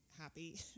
happy